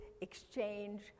exchange